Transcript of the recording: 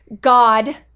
God